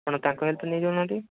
ଆପଣ ତାଙ୍କ ହେଲ୍ପ ନେଇ ଯାଉନାହାନ୍ତି